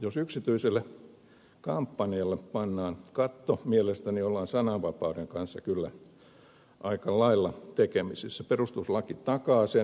jos yksityiselle kampanjalle pannaan katto mielestäni ollaan sananvapauden kanssa kyllä aika lailla tekemisissä koska perustuslaki takaa sen